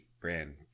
brand